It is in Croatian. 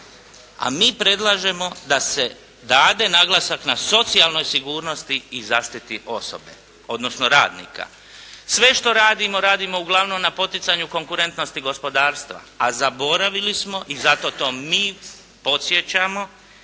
A mi predlažemo da se dade naglasak na socijalnoj sigurnosti i zaštiti osobe odnosno radnika. Sve što radimo, radimo uglavnom na poticanju konkurentnosti gospodarstva a zaboravili smo i zato to mi podsjećamo